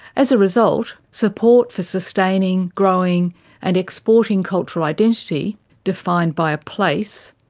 as a result, support for sustaining, growing and exporting cultural identity defined by a place,